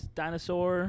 dinosaur